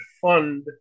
fund